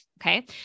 okay